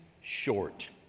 short